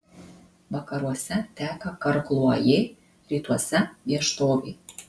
vakaruose teka karkluojė rytuose vieštovė